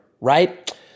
right